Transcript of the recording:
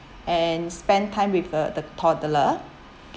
and spend time with uh the toddler